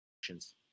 actions